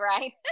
right